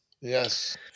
Yes